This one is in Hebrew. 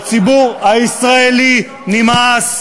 לציבור הישראלי נמאס,